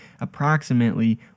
approximately